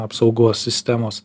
apsaugos sistemos